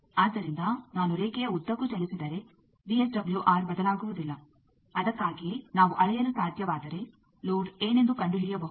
ಆದ್ದರಿಂದ ನಾನು ರೇಖೆಯ ಉದ್ದಕ್ಕೂ ಚಲಿಸಿದರೆ ವಿಎಸ್ಡಬ್ಲ್ಯೂಆರ್ ಬದಲಾಗುವುದಿಲ್ಲ ಅದಕ್ಕಾಗಿಯೇ ನಾವು ಅಳೆಯಲು ಸಾಧ್ಯವಾದರೆ ಲೋಡ್ ಏನೆಂದು ಕಂಡುಹಿಡಿಯಬಹುದು